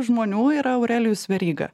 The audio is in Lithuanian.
žmonių yra aurelijus veryga